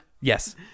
yes